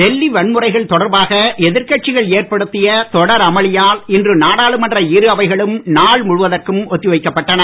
டெல்லி வன்முறைகள் தொடர்பாக எதிர்கட்சிகள் ஏற்படுத்திய தொடர் அமளியால் இன்று நாடாளுமன்ற இரு அவைகளும் நாள் முழுவதற்கும் ஒத்தி வைக்கப்பட்டன